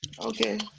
Okay